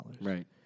Right